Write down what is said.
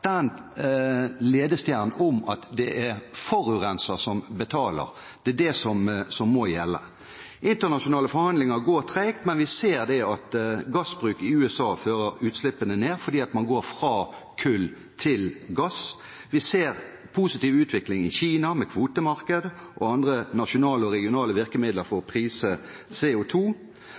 at det er forurenser som betaler, må gjelde. Internasjonale forhandlinger går tregt, men vi ser at gassbruk i USA fører til mindre utslipp – fordi man går fra kull til gass. Vi ser en positiv utvikling i Kina, med kvotemarked og andre nasjonale og regionale virkemidler for